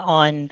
on